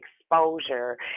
exposure